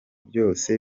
byose